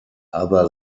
other